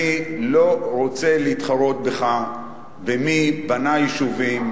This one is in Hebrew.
אני לא רוצה להתחרות בך במי בנה יישובים,